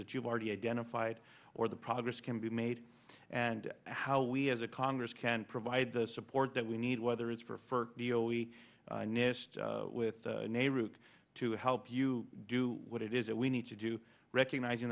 that you've already identified or the progress can be made and how we as a congress can provide the support that we need whether it's for for the o e nest with ne root to help you do what it is that we need to do recognizing